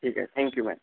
ठीक आहे thank you ma'am